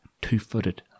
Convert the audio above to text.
two-footed